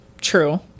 true